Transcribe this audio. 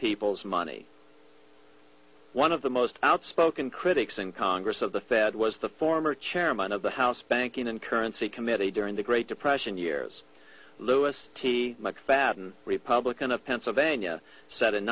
people's money one of the most outspoken critics in congress of the fed was the former chairman of the house banking and currency committee during the great depression years louis t mcfadden republican of pennsylvania s